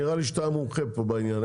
נראה לי שאתה מומחה פה בעניין.